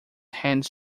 hands